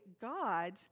God